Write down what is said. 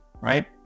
Right